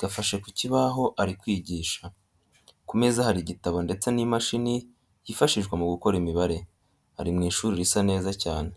gafashe ku kibaho ari kwigisha. Ku meza hari igitabo ndetse n'imashini yifashishwa mu gukora imibare. Ari mu ishuri risa neza cyane.